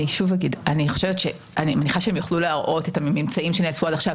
אני שוב אגיד שאני מניחה שהם יוכלו להראות את הממצאים שנאספו עד עכשיו.